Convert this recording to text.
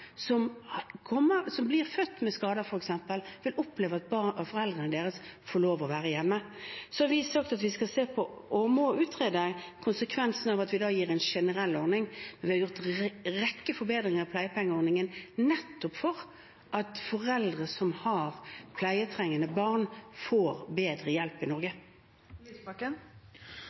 som blir født med skader, f.eks., vil oppleve at foreldrene deres får lov til å være hjemme. Så har vi sagt at vi skal se på – og må utrede – konsekvensene av at vi gir en generell ordning. Men vi har gjort en rekke forbedringer i pleiepengeordningen, nettopp for at foreldre i Norge som har pleietrengende barn, får bedre hjelp.